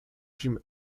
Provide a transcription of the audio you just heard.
jim